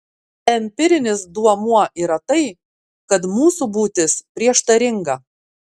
empirinis duomuo yra tai kad mūsų būtis prieštaringa